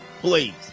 please